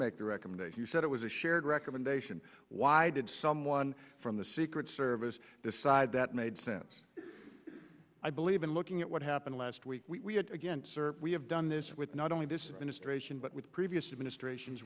make the recommendation you said it was a shared recommendation why did someone from the secret service decide that made sense i believe in looking at what happened last week we again sir we have done this with not only this ministration but with previous administrations